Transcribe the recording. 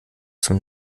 zum